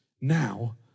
Now